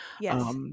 Yes